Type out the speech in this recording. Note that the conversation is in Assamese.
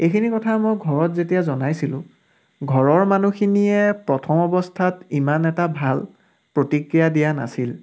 এইখিনি কথা মই ঘৰত যেতিয়া জনাইছিলোঁ ঘৰৰ মানুহখিনিয়ে প্ৰথম অৱস্থাত ইমান এটা ভাল প্ৰতিক্ৰিয়া দিয়া নাছি ল